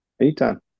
Anytime